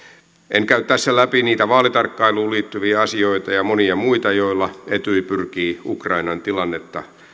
en käy tässä läpi niitä vaalitarkkailuun liittyviä asioita ja monia muita joilla etyj pyrkii ukrainan tilannetta